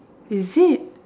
is it